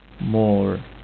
more